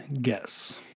guess